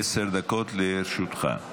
עשר דקות לרשותך.